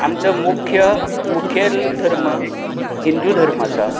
आमच्या मुख्य मुखेल धर्म हिंदू धर्म आसा